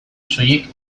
soilik